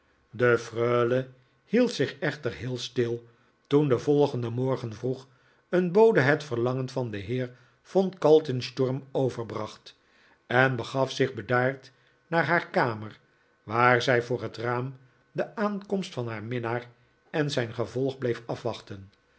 de freule hield zich echter heel stil toen den volgenden morgen vroeg een bode het verlangen van den heer von kaltensturm overbracht en begaf zich bedaard naar haar kamer waar zij voor het raam de aankomst van haar minnaar en zijn gevolg bleef afwachten